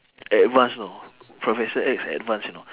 advance you know professor X advance you know